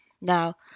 now